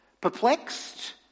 perplexed